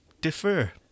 defer